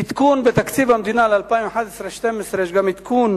עדכון בתקציב המדינה ל-2011 2012, יש גם עדכון